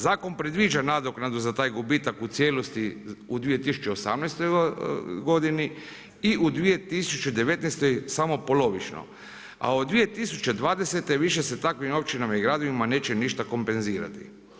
Zakon predviđa nadoknadu za taj gubitak u cijelosti u 2018. godini i u 2019. samo polovično, a od 2020. više se takvim općinama i gradovima neće ništa kompenzirati.